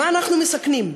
מה אנחנו מסכנים.